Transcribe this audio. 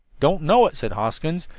don't know it, said hoskins,